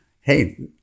hey